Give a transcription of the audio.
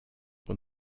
when